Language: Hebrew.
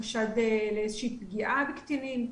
יש אירועים על חשד לאיזושהי פגיעה בקטינים.